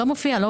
לא מופיע.